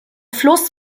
fluss